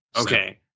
Okay